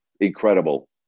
incredible